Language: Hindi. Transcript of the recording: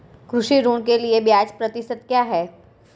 कृषि ऋण के लिए ब्याज प्रतिशत क्या है?